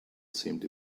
seemed